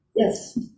Yes